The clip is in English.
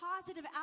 positive